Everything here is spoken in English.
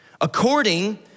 according